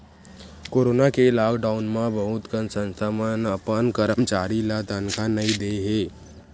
corona के lockdown म बहुत कन संस्था मन अपन करमचारी ल तनखा नइ दे हे